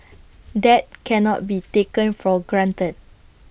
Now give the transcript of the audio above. that cannot be taken for granted